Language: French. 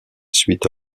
suite